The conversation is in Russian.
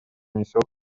несет